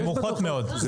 נמוכות מאוד.